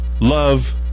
love